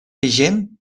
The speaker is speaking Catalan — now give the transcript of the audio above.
vigent